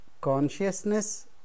consciousness